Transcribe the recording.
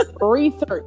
Research